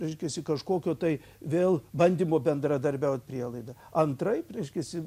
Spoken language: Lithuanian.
reiškiasi kažkokio tai vėl bandymo bendradarbiaut prielaida antraip reiškiasi